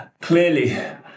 clearly